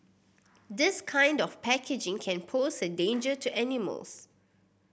this kind of packaging can pose a danger to animals